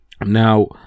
Now